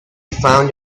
found